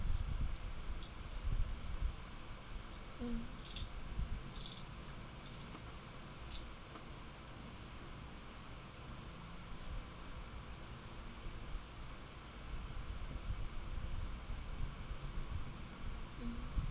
mm mm